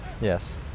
Yes